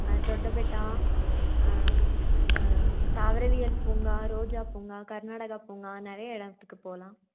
தொட்டபெட்டா தாவரவியல் பூங்கா ரோஜா பூங்கா கர்நாடகா பூங்கா நிறைய இடத்துக்கு போகலாம்